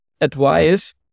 advice